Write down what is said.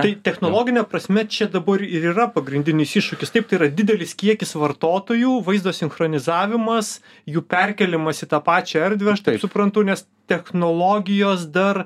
tai technologine prasme čia dabar ir yra pagrindinis iššūkis taip tai yra didelis kiekis vartotojų vaizdo sinchronizavimas jų perkėlimas į tą pačią erdvę aš taip suprantu nes technologijos dar